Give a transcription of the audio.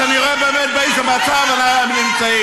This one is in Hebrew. אז אני רואה באמת באיזה מצב אנחנו נמצאים.